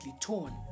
torn